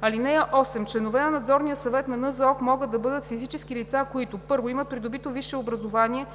съвет. (8) Членове на Надзорния съвет на НЗОК могат да бъдат физически лица, които: 1. имат придобито висше образование